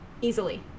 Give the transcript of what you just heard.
easily